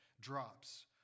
drops